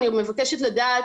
אני מבקשת לדעת